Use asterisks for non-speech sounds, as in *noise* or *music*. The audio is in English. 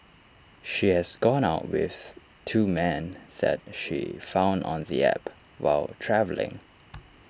she has gone out with two men that she found on the app while travelling *noise*